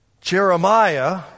Jeremiah